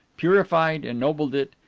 purified, ennobled it,